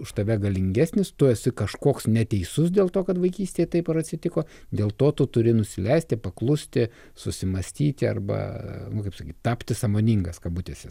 už tave galingesnis tu esi kažkoks neteisus dėl to kad vaikystėje taip ar atsitiko dėl to tu turi nusileisti paklusti susimąstyti arba kaip sakyt tapti sąmoningas kabutėse